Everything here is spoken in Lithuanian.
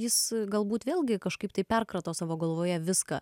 jis galbūt vėlgi kažkaip tai perkrato savo galvoje viską